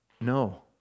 No